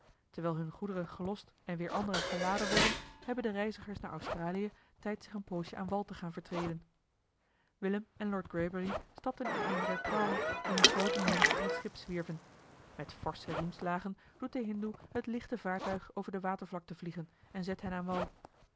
terwijl hunne goederen gelost en weer andere geladen worden hebben de reizigers naar australië tijd zich een poosje aan wal te gaan vertreden willem en lord greybury stapten in eene der prauwen die in groote menigte om het schip zwierven met forsche riemslagen doet de hindoe het lichte vaartuig over de watervlakte vliegen en zet hen aan wal